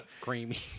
creamy